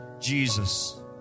Jesus